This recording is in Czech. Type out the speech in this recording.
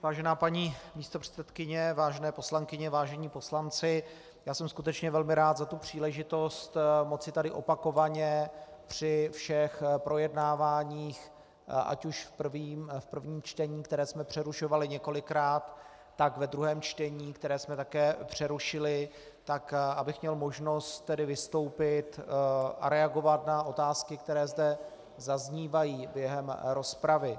Vážená paní místopředsedkyně, vážené poslankyně, vážení poslanci, já jsem skutečně velmi rád za příležitost moci tady opakovaně při všech projednáváních, ať už v prvním čtení, které jsme přerušovali několikrát, tak ve druhém čtení, které jsme také přerušili, tak abych měl možnost tedy vystoupit a reagovat na otázky, které zde zaznívají během rozpravy.